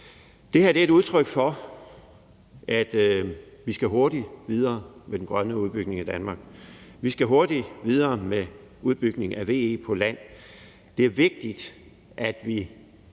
Det her er et udtryk for, at vi skal hurtigt videre med den grønne udbygning i Danmark. Vi skal hurtigt videre med udbygningen af VE på land. Det er vigtigt, at vi,